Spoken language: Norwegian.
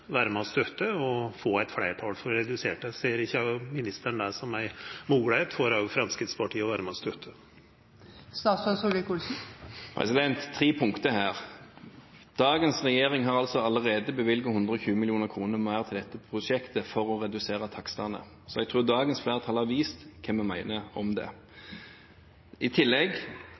og støtta og få eit fleirtal for reduserte satsar. Ser ikkje ministeren det som ei moglegheit for Framstegspartiet å vera med og støtta det? Det er tre punkter her. Dagens regjering har allerede bevilget 120 mill. kr mer til prosjektet for å redusere takstene. Jeg tror dagens flertall har vist hva vi mener om det. I tillegg